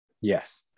Yes